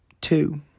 two